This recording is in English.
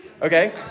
Okay